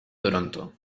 toronto